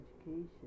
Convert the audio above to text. education